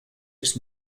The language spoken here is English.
its